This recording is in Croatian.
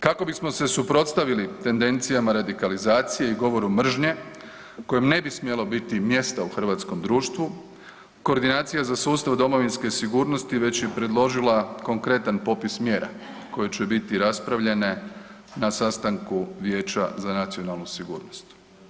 Kako bismo se suprotstavili tendencijama radikalizacije i govoru mržnje kojem ne bi smjelo biti mjesta u hrvatskom društvu koordinacija za sustav domovinske sigurnosti već je preložila konkretna popis mjera koje će biti raspravljene na sastanku Vijeća za nacionalnu sigurnost.